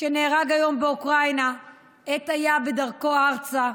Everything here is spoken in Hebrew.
שנהרג היום באוקראינה בעת שהיה בדרכו ארצה,